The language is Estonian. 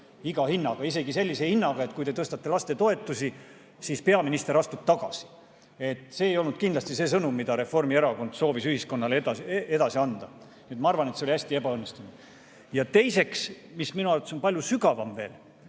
iga hinnaga, isegi sellise hinnaga, et kui te tõstate lastetoetusi, siis peaminister astub tagasi. See ei olnud kindlasti see sõnum, mida Reformierakond soovis ühiskonnale edasi anda. Ma arvan, et see oli hästi ebaõnnestunud. Ja teiseks, mis minu arvates on palju sügavam veel,